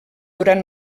durat